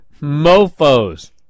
mofos